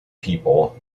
people